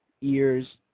ears